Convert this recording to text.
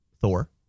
Thor